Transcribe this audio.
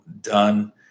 done